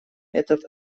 этот